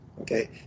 Okay